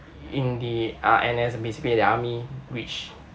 in the uh N_S basically the army which